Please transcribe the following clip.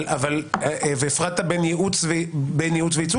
והפרדת בין ייעוץ וייצוג,